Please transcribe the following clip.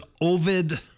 Ovid